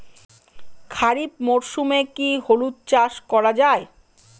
খরিফ মরশুমে কি হলুদ চাস করা য়ায়?